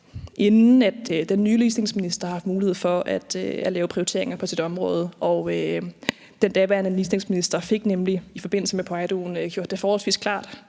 inden den nye ligestillingsminister har haft mulighed for at lave prioriteringer på sit område, og den daværende ligestillingsminister fik nemlig i forbindelse med priden jo gjort det forholdsvis klart,